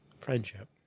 friendship